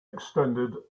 extended